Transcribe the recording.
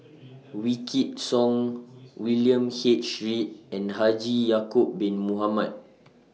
Wykidd Song William H Read and Haji Ya'Acob Bin Mohamed